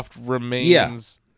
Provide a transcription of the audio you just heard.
remains